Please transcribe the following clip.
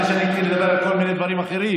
לפני שאני אתחיל לדבר על כל מיני דברים אחרים,